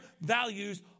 values